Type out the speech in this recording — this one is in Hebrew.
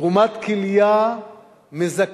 תרומת כליה מזכה